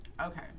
okay